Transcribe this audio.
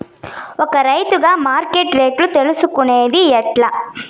ఒక రైతుగా మార్కెట్ రేట్లు తెలుసుకొనేది ఎట్లా?